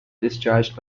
discharged